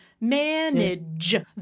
Manage